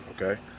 okay